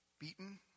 beaten